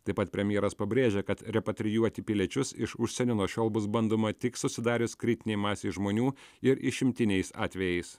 taip pat premjeras pabrėžia kad repatrijuoti piliečius iš užsienio nuo šiol bus bandoma tik susidarius kritinei masei žmonių ir išimtiniais atvejais